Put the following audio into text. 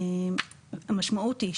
המשמעות היא,